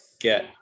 get